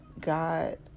God